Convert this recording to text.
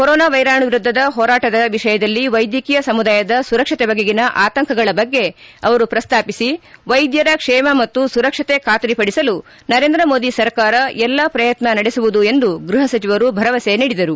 corona ವೈರಾಣು ವಿರುದ್ಧದ ಹೋರಾಟದ ವಿಷಯದಲ್ಲಿ ವೈದ್ಯಕೀಯ ಸಮುದಾಯದ ಸುರಕ್ಷತೆ ಬಗೆಗಿನ ಆತಂಕಗಳ ಬಗ್ಗೆ ಅವರು ಪ್ರಸ್ತಾಪಿಸಿ ವೈದ್ಯರ ಕ್ಷೇಮ ಮತ್ತು ಸುರಕ್ಷತೆ ಖಾತರಿ ಪಡಿಸಲು ನರೇಂದ್ರ ಮೋದಿ ಸರ್ಕಾರ ಎಲ್ಲಾ ಪ್ರಯತ್ನ ನಡೆಸುವುದು ಎಂದು ಗೃಪ ಸಚಿವರು ಭರವಸೆ ನೀಡಿದರು